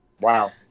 Wow